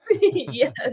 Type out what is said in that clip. Yes